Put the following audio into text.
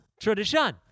Tradition